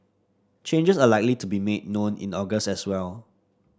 changes are likely to be made known in August as well